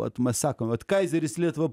vat mes sakom vat kaizeris lietuvą